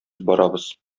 барабыз